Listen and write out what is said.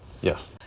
Yes